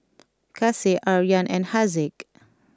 Kasih Aryan and Haziq